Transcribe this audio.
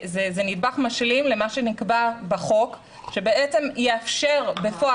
זה נדבך משלים למה שנקבע בחוק שיאפשר בפועל,